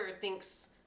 thinks